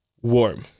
warm